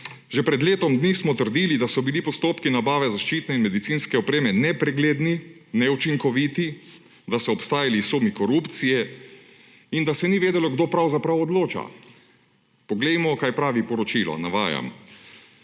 Že pred letom dni smo trdili, da so bili postopki nabave zaščitne in medicinske opreme nepregledni, neučinkoviti, da so obstajali sumi korupcije in da se ni vedelo, kdo pravzaprav odloča. Poglejmo, kaj pravi poročilo, navajam: